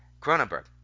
Cronenberg